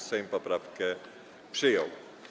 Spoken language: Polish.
Sejm poprawkę przyjął.